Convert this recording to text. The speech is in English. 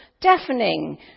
deafening